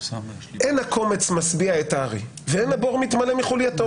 אין הקומץ משביע את הארי ואין הבור מתמלא מחולייתו.